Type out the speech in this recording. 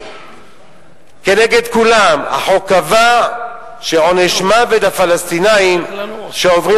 כנגד כולם החוק קבע עונש מוות לפלסטינים שעוברים